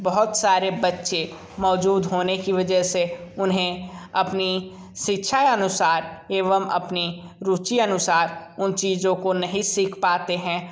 बहुत सारे बच्चे मौजूद होने की वजह से उन्हें अपनी शिक्षा अनुसार एवं अपनी रुचि अनुसार उन चीज़ों को नहीं सीख पाते हैं